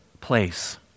place